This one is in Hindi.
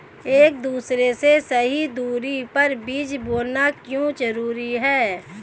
एक दूसरे से सही दूरी पर बीज बोना क्यों जरूरी है?